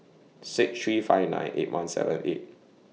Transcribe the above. six three five nine eight one seven eight